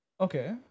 Okay